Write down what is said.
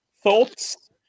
Thoughts